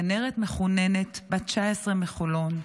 כנרת מחוננת בת 19 מחולון,